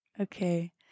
Okay